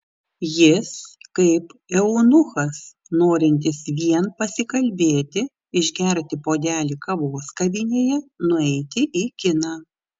jis kaip eunuchas norintis vien pasikalbėti išgerti puodelį kavos kavinėje nueiti į kiną